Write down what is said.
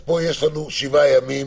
אז פה יש לנו שבעה ימים